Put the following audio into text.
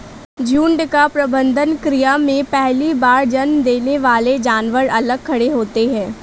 झुंड का प्रबंधन क्रिया में पहली बार जन्म देने वाले जानवर अलग खड़े होते हैं